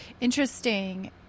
interesting